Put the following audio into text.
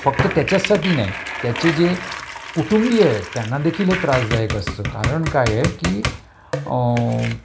फक्त त्याच्यासाठी नाही त्याचे जे कुटुंबीय आहे त्यांना देखील त्रासदायक असतं कारण काय आहे की